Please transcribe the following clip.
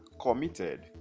committed